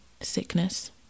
sickness